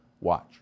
Watch